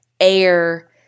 air